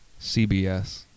CBS